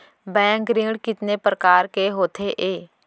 Bank ऋण कितने परकार के होथे ए?